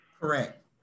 Correct